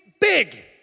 big